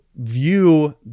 view